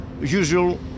usual